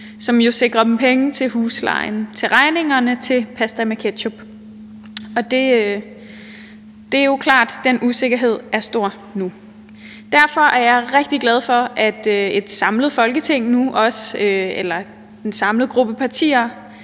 jo sikrer dem penge til huslejen, til regningerne og til pasta med ketchup. Det er klart, at den usikkerhed er stor nu. Derfor er jeg rigtig glad for, at en samlet gruppe af partier